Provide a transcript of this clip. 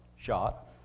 shot